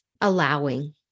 allowing